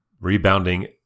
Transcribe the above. Rebounding